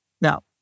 Now